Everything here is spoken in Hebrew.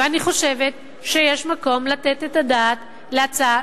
ואני חושבת שיש מקום לתת את הדעת להצעה,